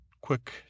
quick